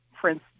prince